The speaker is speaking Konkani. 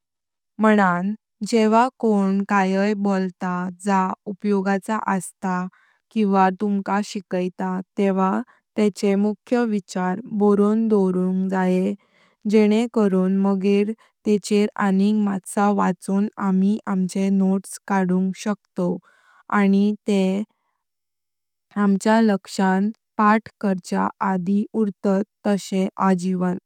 मानान जेव्हा कोण कायांय बोलता जा उपयोगाचें आसा ओर तुमका शिकायत तेव्हा तेचें मुख्य विचार बोरों दोव्रुंग जायें जेनें करुं माजेर तेचेर आणिंग माठ्चां वाचून आमी आमचे नोट्स काडु शकतों आनी ते आंच्या लक्ष्यान पाठ् करच्या अदि उर्तात तशें आजीवन।